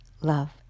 love